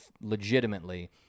legitimately